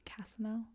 Casino